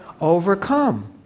Overcome